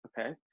Okay